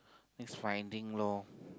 is finding loh